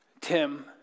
Tim